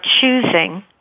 choosing